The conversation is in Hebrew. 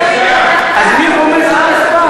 אז מי חומס את כספם?